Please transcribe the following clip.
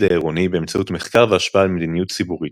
העירוני באמצעות מחקר והשפעה על מדיניות ציבורית.